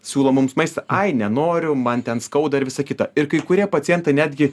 siūlo mums maistą ai nenoriu man ten skauda ir visa kita ir kai kurie pacientai netgi